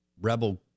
Rebel